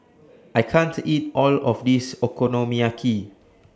I can't eat All of This Okonomiyaki